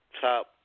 top